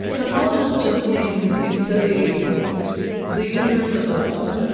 cosmologist just means you study the universe as a whole.